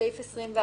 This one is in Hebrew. בסעיף 21,